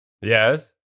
Yes